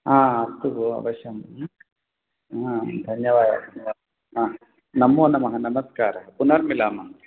अस्तु भोः अवश्यं धन्यवादः नमो नमः नमस्कारः पुनर्मिलामः